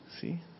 see